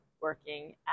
working